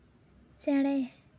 ᱪᱮᱬᱮ